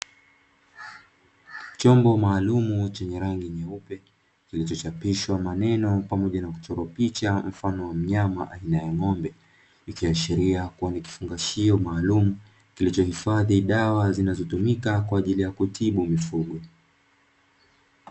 Chombo maalumu chenye rangi nyeupe kilichochapishwa maneno na kuchorwa picha mfano wa ng'ombe, ikiashiria ni kifungashio maalumu kilichohifadhi dawa zinazotumika kwa ajili ya kutibu mifugo.